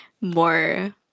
more